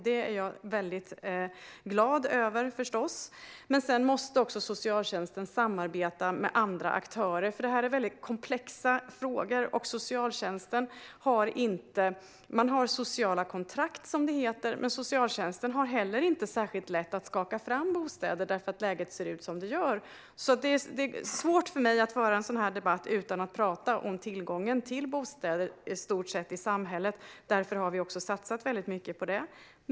Det är jag förstås väldig glad över. Men sedan måste också socialtjänsten samarbeta med andra aktörer. Det är väldigt komplexa frågor. Man har sociala kontrakt. Men socialtjänsten har heller inte särskilt lätt att skaka fram bostäder eftersom läget ser ut som det gör. Det är svårt för mig att föra en sådan här debatt utan att tala om tillgången till bostäder i stort i samhället. Därför har vi också satsat väldigt mycket på det.